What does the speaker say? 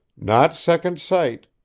not second sight.